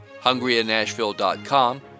hungryinnashville.com